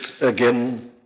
again